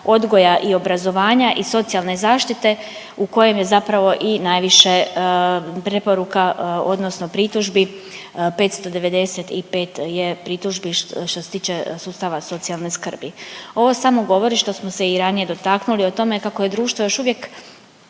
odgoja i obrazovanja i socijalne zaštite u kojem je zapravo i najviše preporuka odnosno pritužbi 595 je pritužbi što se tiče sustava socijalne skrbi. Ovo samo govori što smo se i ranije dotaknuli o tome kako je društvo još uvijek